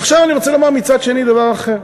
עכשיו אני רוצה לומר מצד שני דבר אחר,